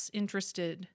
interested